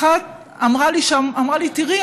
אחת אמרה לי: תראי,